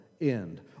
end